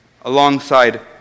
alongside